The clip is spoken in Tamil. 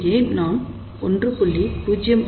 பின் ஏன் நாம் 1